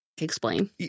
Explain